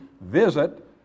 visit